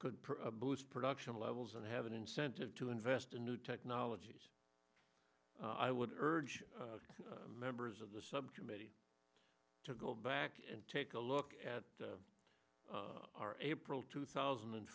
boost production levels and have an incentive to invest in new technologies i would urge members of the subcommittee to go back and take a look at our april two thousand and